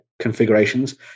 configurations